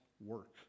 work